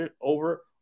over